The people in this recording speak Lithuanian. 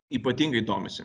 ypatingai domisi